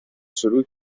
شروع